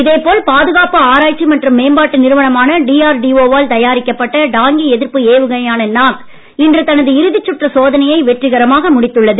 இதேபோல் பாதுகாப்பு ஆராய்ச்சி மற்றும் மேம்பாட்டு நிறுவனமான டிஆர்டிஓ வால் தயாரிக்கப்பட்ட டாங்கி எதிர்ப்பு ஏவுகணையான நாக் இன்று தனது இறுதிசுற்று சோதனையை வெற்றிகரமாக முடித்துள்ளது